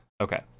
Okay